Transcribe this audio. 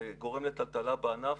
זה גורם לטלטלה בענף,